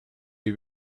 die